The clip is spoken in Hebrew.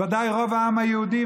ודאי של רוב העם היהודי,